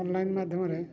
online ମାଧ୍ୟମରେ